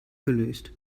gelöst